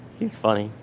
he's funny.